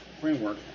framework